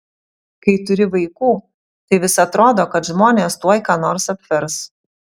kai turi vaikų tai vis atrodo kad žmonės tuoj ką nors apvers